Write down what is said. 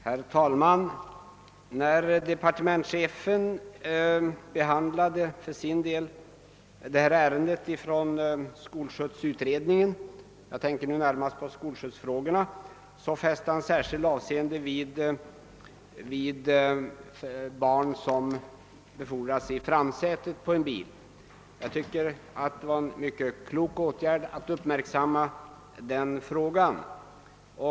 Herr talman! När departementschefen behandlade detta ärende från skolskjutsutredningen jag tänker nu närmast på skolskjutsfrågorna — fäste han särskilt avseende vid barn som befordras i framsätet på en bil. Jag tycker att det var en mycket klok åtgärd att uppmärksamma den frågan.